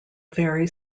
very